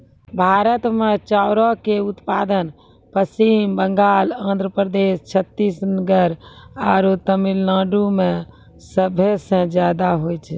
भारत मे चाउरो के उत्पादन पश्चिम बंगाल, आंध्र प्रदेश, छत्तीसगढ़ आरु तमिलनाडु मे सभे से ज्यादा होय छै